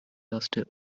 erste